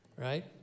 right